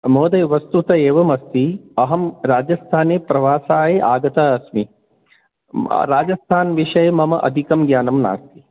महोदय वस्तुतः एवम् अस्ति अहं राजस्थाने प्रवासाय आगतः अस्मि राजस्थान विषये मम अधिकं ज्ञानं नास्ति